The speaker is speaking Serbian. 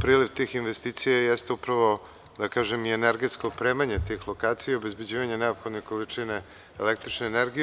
priliv tih investicija, jeste upravo, da kažem, i energetsko opremanje tih lokacija i obezbeđivanje neophodne količine električne energije.